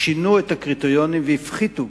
שינו את הקריטריונים והפחיתו